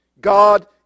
God